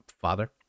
father